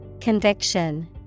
Conviction